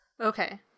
okay